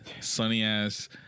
sunny-ass